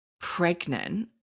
pregnant